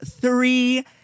three